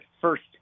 first